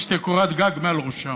ושתהיה קורת גג מעל ראשם.